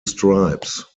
stripes